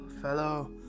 fellow